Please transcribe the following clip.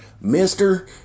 Mister